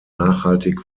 nachhaltig